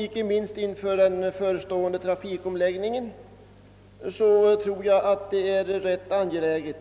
Icke minst inför den förestående trafikomläggningen tror jag att det är rätt angeläget